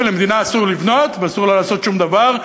ולמדינה אסור לבנות ואסור לה לעשות שום דבר,